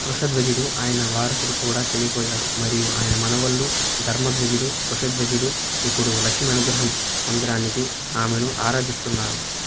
వృషధ్వజుడు ఆయన వారసుడు కూడా చనిపోయారు మరియు ఆయన మనవళ్ళు ధర్మధ్వజుడు కుశధ్వజుడు ఇప్పుడు లక్ష్మి అనుగ్రహం పొందడానికి ఆమెను ఆరాధిస్తున్నారు